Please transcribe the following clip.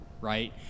right